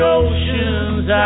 oceans